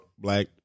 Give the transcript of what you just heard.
Black